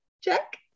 check